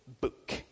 book